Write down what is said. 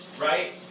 right